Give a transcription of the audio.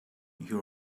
you